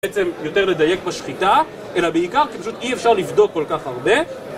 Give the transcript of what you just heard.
בעצם יותר לדייק בשחיטה, אלא בעיקר כי פשוט אי אפשר לבדוק כל כך הרבה